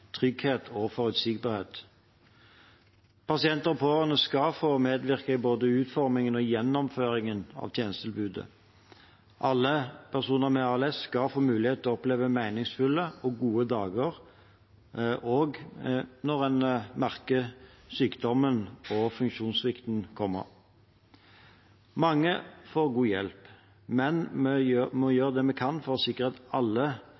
trygghet og forutsigbarhet. Pasienter og pårørende skal få medvirke i både utformingen og gjennomføringen av tjenestetilbudet. Alle personer med ALS skal få mulighet til å oppleve meningsfulle og gode dager – også når man merker sykdommen og funksjonssvikten komme. Mange får god hjelp, men vi må gjøre det vi kan for å sikre at alle